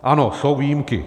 Ano, jsou výjimky.